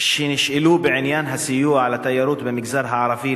שנשאלו בעניין הסיוע לתיירות במגזר הערבי,